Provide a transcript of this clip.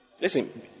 Listen